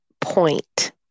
point